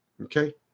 Okay